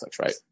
right